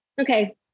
okay